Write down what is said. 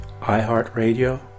iHeartRadio